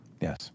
Yes